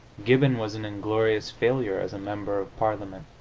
gibbon was an inglorious failure as a member of parliament.